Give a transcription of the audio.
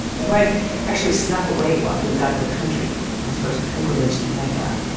his wife actually snuck away while he was out of the country on his first pilgrimage to mecca.